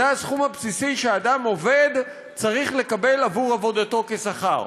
זה הסכום הבסיסי שאדם עובד צריך לקבל עבור עבודתו כשכר.